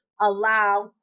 allow